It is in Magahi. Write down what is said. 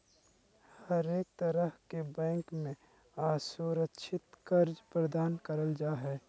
हरेक तरह के बैंक मे असुरक्षित कर्ज प्रदान करल जा हय